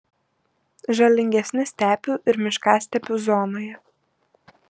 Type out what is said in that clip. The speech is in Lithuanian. žalingesni stepių ir miškastepių zonoje